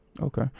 Okay